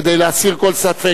כדי להסיר כל ספק.